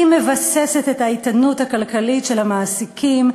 היא מבססת את האיתנות הכלכלית של המעסיקים,